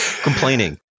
Complaining